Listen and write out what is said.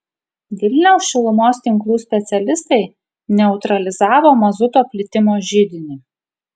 vilniaus šilumos tinklų specialistai neutralizavo mazuto plitimo židinį